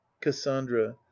cassandra